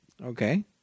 okay